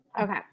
Okay